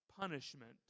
punishment